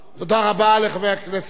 תודה רבה לחבר הכנסת מולה,